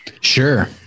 sure